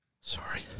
Sorry